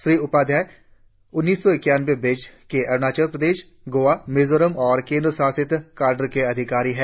श्री उपाध्याय उन्नीस सौ इक्यानवें बैच के अरुणाचल प्रदेश गोआ मिजोरम और केंद्र शासित कॉडर के अधिकारी हैं